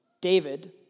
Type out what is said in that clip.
David